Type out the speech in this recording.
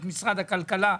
את משרד הכלכלה.